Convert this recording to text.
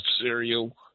cereal